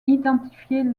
identifier